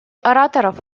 ораторов